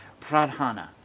pradhana